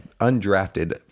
undrafted